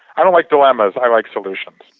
i don't like dilemmas, i like solutions.